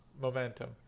momentum